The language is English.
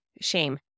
shame